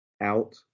out